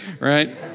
right